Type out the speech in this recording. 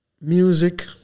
Music